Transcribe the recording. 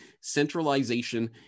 centralization